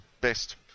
best